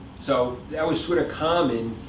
so that was sort of common.